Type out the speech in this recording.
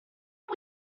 are